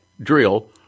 drill